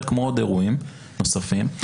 כמו אירועים נוספים,